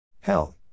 Hell